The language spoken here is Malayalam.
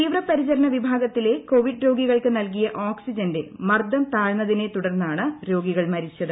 തീവ്ര പരിചരണ വിഭാഗത്തിലെ കോവിഡ് രോഗികൾക്ക് നൽകിയ ഓക്സിജന്റെ മർദ്ദം താഴ്ന്നതിനെ തുടർന്നാണ് രോഗികൾ മരിച്ചത്